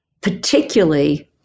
particularly